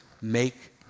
make